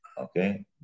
okay